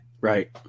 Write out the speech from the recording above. Right